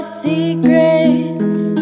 secrets